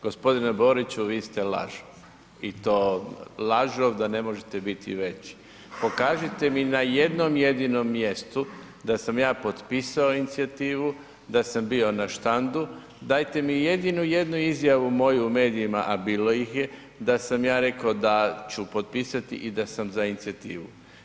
Gospodine Boriću, vi ste lažov i to lažov da ne možete biti veći pokažite mi na jednom jedinom mjestu da sam ja potpisao inicijativu, da sam bio na štandu, dajte mi jednu jedinu izjavu moju u medijima, a bilo ih je da sam ja rekao da ću potpisati i da sam za inicijativu.